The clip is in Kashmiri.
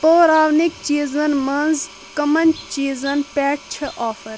پٲراونٕکۍ چیٖزن مَنٛز کَمَن چیٖزن پٮ۪ٹھ چھِ آفر